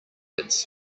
its